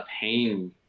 pain